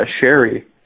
Sherry